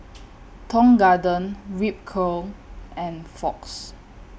Tong Garden Ripcurl and Fox